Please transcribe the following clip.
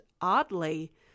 oddly